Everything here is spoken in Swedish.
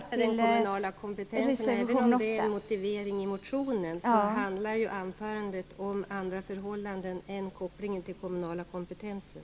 Även om den kommunala kompetensen är en motivering i motionen, handlar anförandet om andra förhållanden än kopplingen till den kommunala kompetensen.